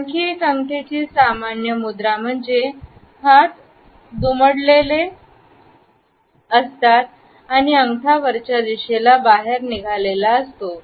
आणखी एक अंगठ्याची सामान्य मुद्रा म्हणजे हात दुमडलेले असतात आणि आणि अंगठा वरच्या दिशेला बाहेर निघालेले असतो